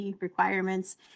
requirements